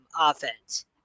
offense